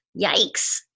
yikes